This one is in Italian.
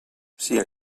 sia